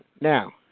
Now